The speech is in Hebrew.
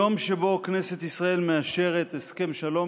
יום שבו כנסת ישראל מאשרת הסכם שלום